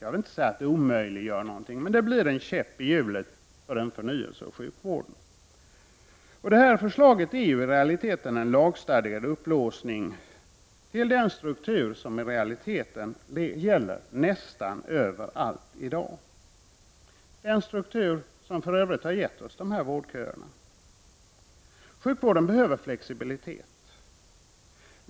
Jag vill inte säga att det omöjliggör någonting, men det blir en käpp i hjulet för en förnyelse av sjukvården. Förslaget är ju i verkligheten en lagstadgad upplåsning till den struktur som i realiteten i dag gäller nästan överallt, den struktur som för övrigt har gett oss dessa vårdköer. Sjukvården behöver flexibilitet.